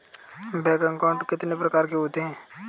Bank account कितने प्रकार के होते हैं?